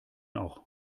auch